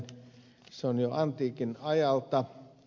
se on jo antiikin ajalta